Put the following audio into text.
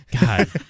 God